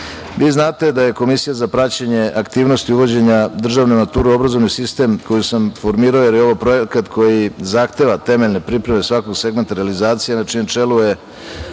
znate da je Komisija za praćenje aktivnosti uvođenja državne mature u obrazovni sistem, koju sam formirao, jer je ovo projekat koji zahteva temeljne pripreme svakog segmenta realizacije, na čijem čelu je